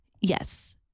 yes